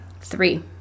Three